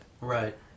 Right